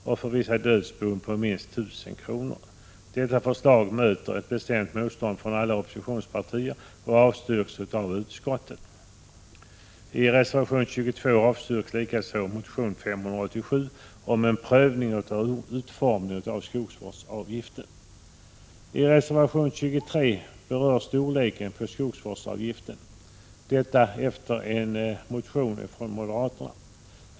och för vissa dödsbon på minst 1000 kr. Detta förslag möter ett bestämt motstånd från alla oppositionspartier och avstyrks av utskottet. I reservation 23 berörs storleken på skogsvårdsavgiften — detta i anslutning till en motion från moderaterna.